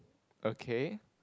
okay